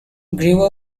grew